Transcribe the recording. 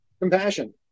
Compassion